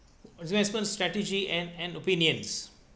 investment strategy and and opinions